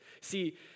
See